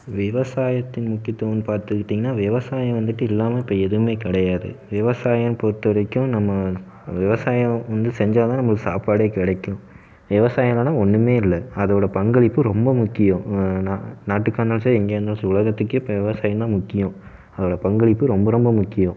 விவசாயத்தின் முக்கியத்துவம் பார்த்துக்கிட்டீங்ன்னா விவசாயம் வந்துட்டு இல்லாமல் இப்போ எதுவுமே கிடையாது விவசாயம் பொறுத்த வரைக்கும் நம்ம விவசாயம் வந்து செஞ்சால்தான் நம்மளுக்கு சாப்பாடே கிடைக்கும் விவசாயம் இல்லைனா ஒன்றுமே இல்லை அதோடய பங்களிப்பு ரொம்ப முக்கியம் நாட்டுக்காக இருந்தாலும் சரி எங்கேயா இருந்தாலும் சரி உலகத்துக்கே இப்போ விவசாயம்தான் முக்கியோம் அதோட பங்களிப்பு ரொம்ப ரொம்ப முக்கியம்